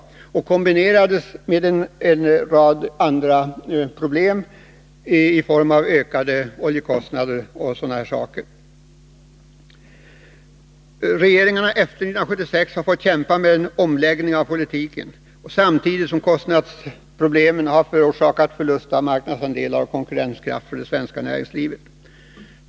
Dessa verkningar kombinerades med en rad andra problem, bl.a. i form av ökade oljekostnader. Regeringarna efter 1976 har fått kämpa med en omläggning av politiken, samtidigt som kostnadsproblemen har förorsakat förluster av marknadsandelar och konkurrenskraft för det svenska näringslivet.